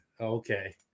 Okay